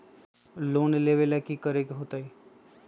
Loan लेवेला की करेके होतई?